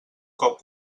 cop